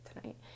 tonight